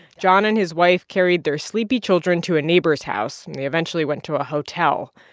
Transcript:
john and his wife carried their sleepy children to a neighbor's house, and they eventually went to a hotel.